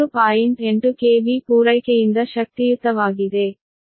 8 KV ಪೂರೈಕೆಯಿಂದ ಶಕ್ತಿಯುತವಾಗಿದೆ